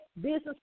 business